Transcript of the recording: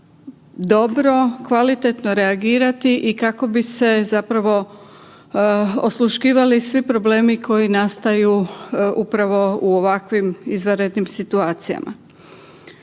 dobro, kvalitetno reagirati i kako bi se osluškivali svi problemi koji nastaju upravo u ovakvim izvanrednim situacijama.